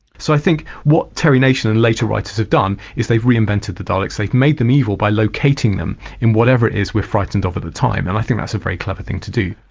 so i think what terry nation and later writers have done is they've reinvented the dalek, so they've made them evil by locating them in whatever it is we're frightened of at the time and i think that's a very clever thing to do.